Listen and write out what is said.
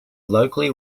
locally